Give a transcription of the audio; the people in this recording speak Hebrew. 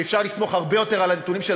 שאפשר לסמוך הרבה יותר על הנתונים של